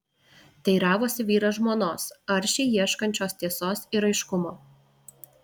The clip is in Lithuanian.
teiravosi vyras žmonos aršiai ieškančios tiesos ir aiškumo